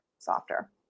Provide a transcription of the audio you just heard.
softer